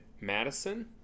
Madison